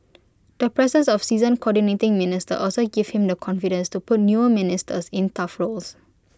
the presence of seasoned Coordinating Minister also gives him the confidence to put newer ministers in tough roles